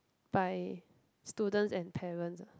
by students and parents ah